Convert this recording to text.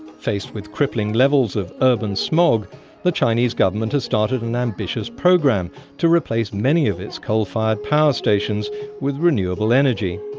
faced with crippling levels of urban smog, the chinese government has started an ambitious program to replace many of its coal-fired power stations with renewable energy.